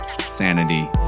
sanity